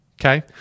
okay